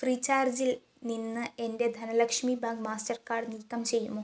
ഫ്രീചാർജിൽ നിന്ന് എൻ്റെ Dhanalakshmi bank Mastercard നീക്കം ചെയ്യുമോ